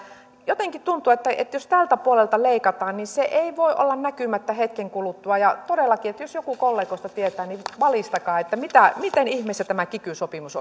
jotenkin tuntuu että jos tältä puolelta leikataan niin se ei voi olla näkymättä hetken kuluttua todellakin jos joku kollegoista tietää niin valistakaa miten ihmeessä tämä kiky sopimus